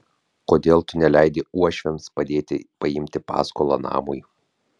kodėl tu neleidi uošviams padėti paimti paskolą namui